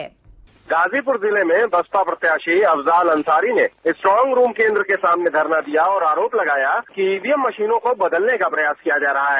एक रिपोर्ट गाजीपुर जिले में बसपा प्रत्याशी अफजाल अंसारी ने स्ट्रांग रूम केन्द्र के सामने धरना दिया और आरोप लगाया कि ईवीएम मशीनों को बदलने का प्रयास किया जा रहा है